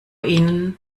ihnen